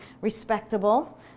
respectable